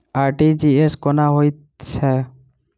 RTGS कोना होइत छै?